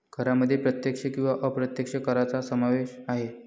करांमध्ये प्रत्यक्ष किंवा अप्रत्यक्ष करांचा समावेश आहे